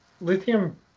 lithium